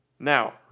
Now